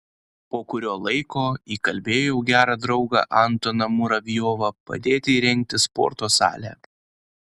po kurio laiko įkalbėjau gerą draugą antoną muravjovą padėti įrengti sporto salę